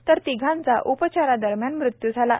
तर तिघांचा उपचारादरम्यान मृत्यू झाला आहे